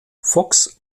fox